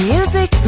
Music